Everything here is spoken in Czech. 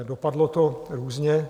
Dopadlo to různě.